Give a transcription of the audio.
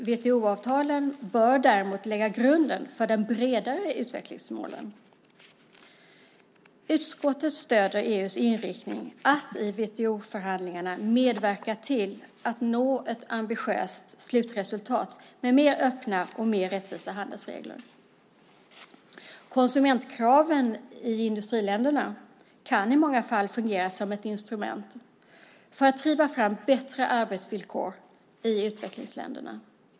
WTO-avtalen bör däremot lägga grunden för de bredare utvecklingsmålen. Utskottet stöder EU:s inriktning att i WTO-förhandlingarna medverka till att nå ett ambitiöst slutresultat med mer öppna och mer rättvisa handelsregler. Konsumentkraven i industriländerna kan i många fall fungera som ett instrument för att driva fram bättre arbetsvillkor i utvecklingsländerna.